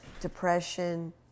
depression